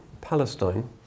Palestine